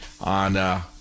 on